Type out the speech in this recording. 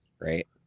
right